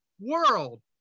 World